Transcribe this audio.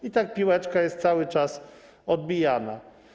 I tak piłeczka jest cały czas odbijana.